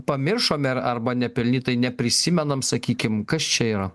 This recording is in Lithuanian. pamiršome ir arba nepelnytai neprisimenam sakykim kas čia yra